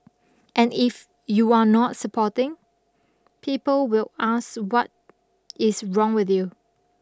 and if you are not supporting people will ask what is wrong with you